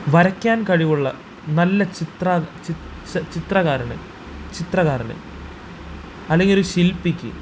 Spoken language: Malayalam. വരക്കാന് കഴിവുള്ള നല്ല ചിത്രം ചിത്രം ചിത്രകാരന് ചിത്രകാരന് അല്ലെങ്കിൽ ഒരു ശില്പിക്ക്